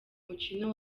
mukino